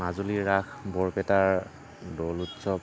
মাজলীৰ ৰাস বৰপেটাৰ দৌল উৎসৱ